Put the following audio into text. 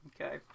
Okay